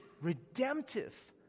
redemptive